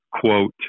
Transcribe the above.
quote